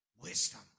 wisdom